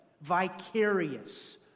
vicarious